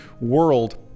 world